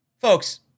Folks